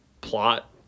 plot